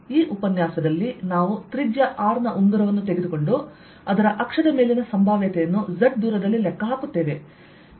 ಈ ಉಪನ್ಯಾಸದಲ್ಲಿ ನಾವು ತ್ರಿಜ್ಯ R ನ ಉಂಗುರವನ್ನು ತೆಗೆದುಕೊಂಡು ಅದರ ಅಕ್ಷದ ಮೇಲಿನ ಸಂಭಾವ್ಯತೆಯನ್ನು z ದೂರದಲ್ಲಿ ಲೆಕ್ಕ ಹಾಕುತ್ತೇವೆ